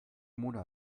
mona